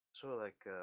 sort of like